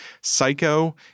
Psycho